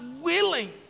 willing